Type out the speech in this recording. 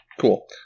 Cool